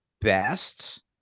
best